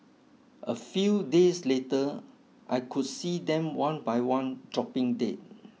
a few days later I could see them one by one dropping dead